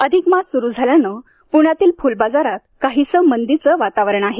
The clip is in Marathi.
अधिकमास सुरू झाल्यानं पुण्यातील फुलबाजारात काहीसे मंदीचे वातावरण आहे